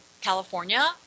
california